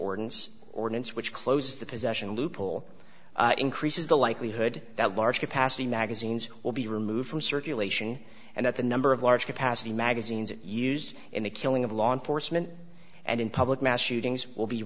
ordinance ordinance which close the possession loophole increases the likelihood that large a pass the magazines will be removed from circulation and that the number of large capacity magazines used in the killing of law enforcement and public mass shootings will be